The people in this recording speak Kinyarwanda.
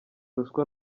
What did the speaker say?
ruswa